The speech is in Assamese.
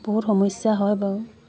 বহুত সমস্যা হয় বাৰু